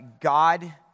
God